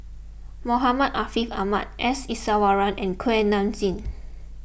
Muhammad Ariff Ahmad S Iswaran and Kuak Nam Jin